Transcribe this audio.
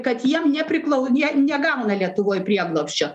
kad jiem nepriklau jie negauna lietuvoj prieglobsčio